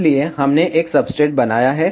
इसलिए हमने एक सब्सट्रेट बनाया है